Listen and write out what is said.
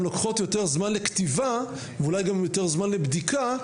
לוקחות יותר זמן לכתיבה ואולי גם יותר זמן לבדיקה,